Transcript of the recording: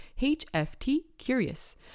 HFTCURIOUS